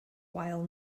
while